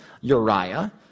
Uriah